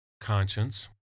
conscience